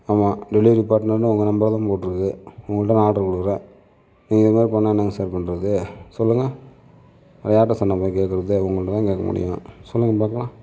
ஆமாம் டெலிவெரி பாட்னருன்னு உங்கள் நம்பர் தான் போட்டிருக்கு உங்கள்ட்ட தானே ஆட்ரு கொடுக்குறேன் நீங்கள் இது மாதிரி பண்ணிணா என்னங்க சார் பண்ணுறது சொல்லுங்க வேறு யார்கிட்ட சார் நான் போய் கேட்குறது உங்கள்ட்டதான் கேட்க முடியும் சொல்லுங்க பார்க்கலாம்